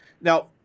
Now